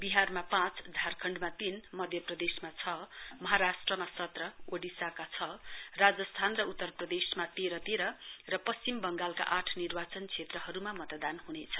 बिहारमा पाँच झारखण्डमा तीन मध्यप्रदेशमा छ महाराष्ट्रमा सत्र ओडिसामा छ राजस्थान र उत्तरप्रदेशमा तेह्र तेह्र र पश्चिम बंगालका आठ निर्वाचन क्षेत्रहरूमा मतदान हुनेछ